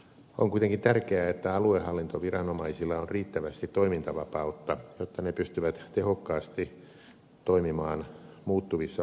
on kuitenkin tärkeää että aluehallintoviranomaisilla on riittävästi toimintavapautta jotta ne pystyvät tehokkaasti toimimaan muuttuvissa olosuhteissa